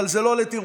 אבל זה לא לתירוצים,